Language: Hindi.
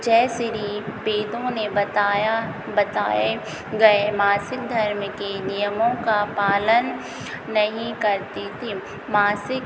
जयश्री वेदों ने बताया बताए गए मासिक धर्म के नियमों का पालन नहीं करती थी मासिक